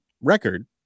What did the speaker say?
record